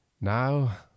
Now